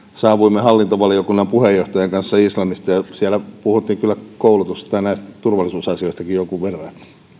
saavuimme hallintovaliokunnan puheenjohtajan kanssa islannista ja siellä puhuttiin kyllä koulutuksesta ja näistä turvallisuusasioistakin jonkun verran